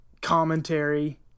commentary